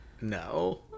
No